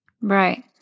Right